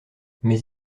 mais